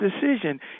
decision